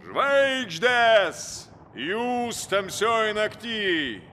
žvaigždės jūs tamsioj nakty